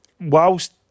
whilst